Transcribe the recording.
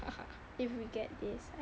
if we get this